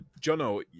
Jono